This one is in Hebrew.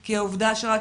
כי העובדה שרק